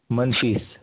منفی